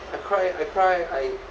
I cry I cry I